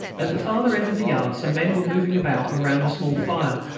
at the farther end of the yard some men were moving about round a small fire.